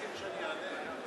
שלישית?